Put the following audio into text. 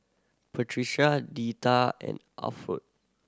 Patricia Deetta and Alford